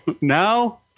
No